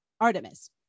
artemis